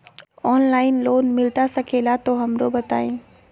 Online loan मिलता सके ला तो हमरो बताई?